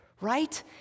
right